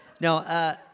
No